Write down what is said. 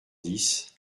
dix